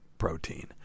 Protein